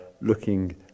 looking